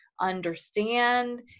understand